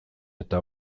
eta